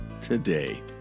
today